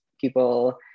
people